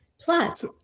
Plus